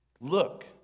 look